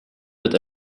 mit